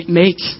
make